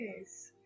yes